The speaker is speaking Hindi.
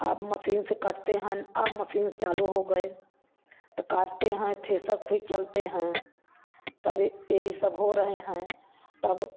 अब मसीन से कटते हन अब मसीन चालू हो गए तो काटते हैं ठेसर फिर चलते हैं सब यही सब हो रहे हैं तब